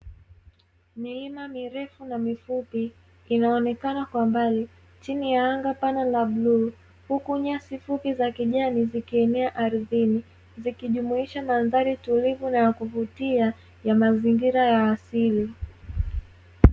Mlima mirefu na mifupi inaonekana kwa mbali chini ya anga pana la bluu, huku nyasi fupi za kijani zikienea ardhini zikijumuisha madhari tulivu na ya kuvutia ya mazingira ya asili.